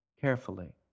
Carefully